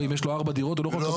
אם יש לו ארבע דירות הוא לא יכול.